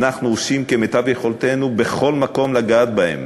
אנחנו עושים כמיטב יכולתנו, בכל מקום, לגעת בהם.